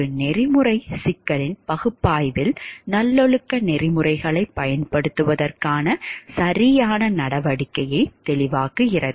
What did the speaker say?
ஒரு நெறிமுறைச் சிக்கலின் பகுப்பாய்வில் நல்லொழுக்க நெறிமுறைகளைப் பயன்படுத்துவதற்கான சரியான நடவடிக்கையைத் தெளிவாக்குகிறது